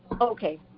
Okay